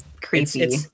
creepy